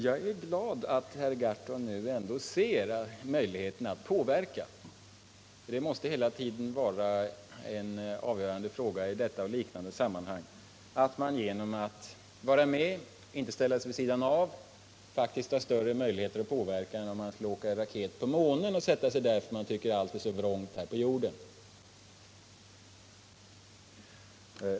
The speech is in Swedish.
Jag är glad över att herr Gahrton nu ändå ser möjligheterna till påverkan. Det måste ju hela tiden vara en avgörande fråga i detta och liknande sammanhang att man genom att vara med — alltså inte ställa sig vid sidan om — faktiskt har större möjligheter till påverkan än om man reser med raket till månen och sätter sig där, därför att man tycker att allt här på jorden är så vrångt.